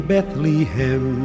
Bethlehem